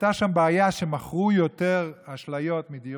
הייתה שם בעיה שמכרו יותר אשליות מדירות.